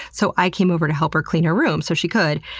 so i came over to help her clean her room so she could,